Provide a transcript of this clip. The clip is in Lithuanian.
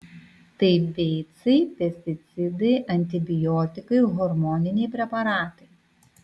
tai beicai pesticidai antibiotikai hormoniniai preparatai